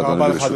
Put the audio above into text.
בבקשה, אדוני.